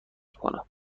کنم